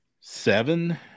seven